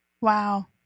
Wow